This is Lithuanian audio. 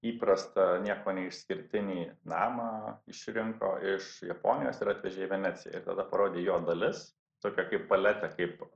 įprasta niekuo neišskirtinį namą išrinko iš japonijos ir atvežė į veneciją ir tada parodė jo dalis tokią kaip paletę kaip